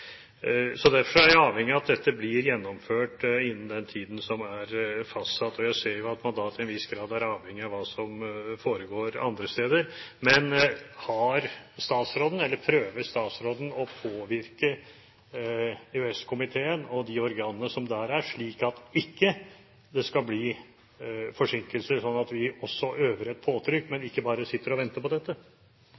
Derfor er vi avhengig av at dette blir gjennomført innen den tiden som er fastsatt. Jeg ser jo at mandatet til en viss grad er avhengig av hva som foregår andre steder. Men prøver statsråden å påvirke EØS-komiteen og de organene som der er, slik at det ikke skal bli forsinkelser – sånn at vi også øver et påtrykk